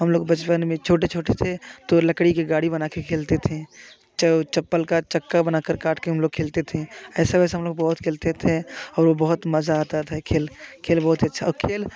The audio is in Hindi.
हम लोग बचपन में छोटे छोटे थे तो लकड़ी के गाड़ी बनाके खेलते थे चप्पल का चक्का बनाकर काट के हम लोग खेलते थे ऐसे वैसे हम लोग बहुत खेलते थे और वो बहुत मजा आता था खेल खेल बहुत अच्छा और खेल